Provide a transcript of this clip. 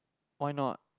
why not